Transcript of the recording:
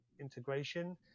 integration